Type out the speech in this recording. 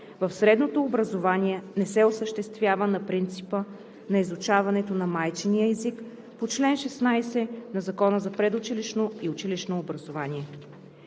в средното образование не се осъществява на принципа на изучаването на майчиния език по чл. 16 на Закона за предучилищното и училищното образование.